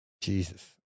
Jesus